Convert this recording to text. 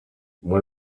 went